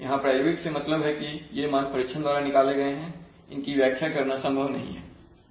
यहां प्रायोगिक से यह मतलब है कि ये मान परीक्षण द्वारा निकाले गए हैं इनकी व्याख्या करना संभव नहीं है